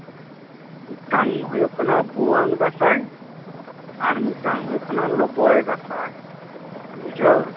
ᱢᱤᱫᱴᱟᱝ ᱦᱩᱭᱩᱜ ᱠᱟᱱᱟ ᱵᱷᱩᱣᱟᱹᱝ ᱫᱟᱸᱥᱟᱭ ᱟᱨ ᱢᱤᱫᱴᱟᱝ ᱦᱩᱭᱩᱜ ᱠᱟᱱᱟ ᱞᱚᱵᱚᱭ ᱫᱟᱸᱥᱟᱭ ᱵᱩᱡᱷᱟᱹᱣ